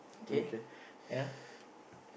okay yeah